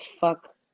fuck